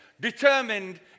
determined